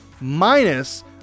minus